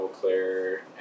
Claire